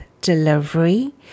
delivery